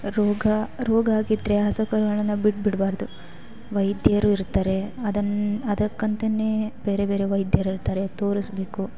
ರೋಗ ರೋಗ ಆಗಿದ್ದರೆ ಹಸು ಕರುಗಳನ್ನು ಬಿಟ್ಟುಬಿಡ್ಬಾರ್ದು ವೈದ್ಯರು ಇರ್ತಾರೆ ಅದನ್ನು ಅದಕ್ಕಂತಲೇ ಬೇರೆ ಬೇರೆ ವೈದ್ಯರಿರ್ತಾರೆ ತೋರಿಸ್ಬೇಕು